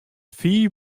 fiif